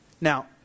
Now